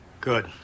Good